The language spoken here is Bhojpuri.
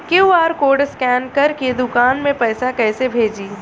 क्यू.आर कोड स्कैन करके दुकान में पैसा कइसे भेजी?